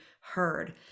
heard